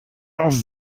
das